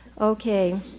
Okay